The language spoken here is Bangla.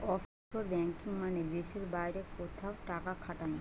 অফশোর ব্যাঙ্কিং মানে দেশের বাইরে কোথাও টাকা খাটানো